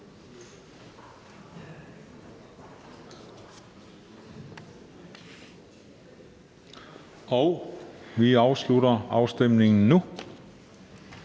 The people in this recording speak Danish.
Jeg afslutter afstemningen nu.